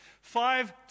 Five